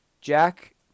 Jack